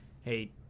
hey